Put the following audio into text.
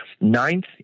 Ninth